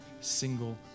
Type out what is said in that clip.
single